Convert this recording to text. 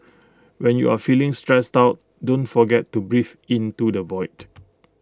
when you are feeling stressed out don't forget to breathe into the void